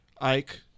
Ike